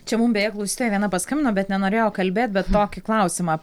čia mum beje klausytoja viena paskambino bet nenorėjo kalbėt bet tokį klausimą